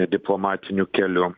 diplomatiniu keliu